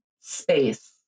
space